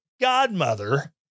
godmother